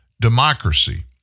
democracy